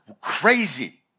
crazy